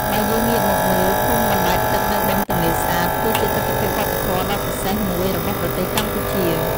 បើយើងងាកមកមើល ភូមិបណ្ដែតទឹកនៅបឹងទន្លេសាប គឺជាទិដ្ឋភាពវប្បធម៌ដ៏ពិសេសមួយរបស់ប្រទេសកម្ពុជា។